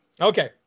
okay